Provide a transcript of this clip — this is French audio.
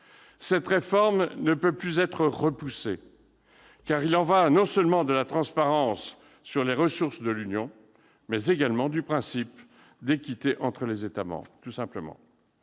Cette réforme ne peut plus être repoussée, car il en va non seulement de la transparence sur les ressources de l'Union européenne, mais également du principe d'équité entre les États membres. En tout état